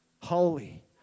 Holy